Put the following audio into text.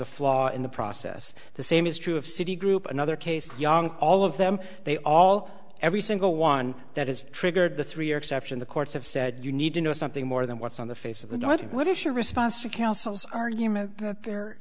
a flaw in the process the same is true of citi group another case young all of them they all every single one that has triggered the three year exception the courts have said you need to know something more than what's on the face of the night what is your response to counsel's argument that there